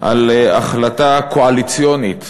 על החלטה קואליציונית